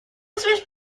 связь